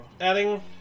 adding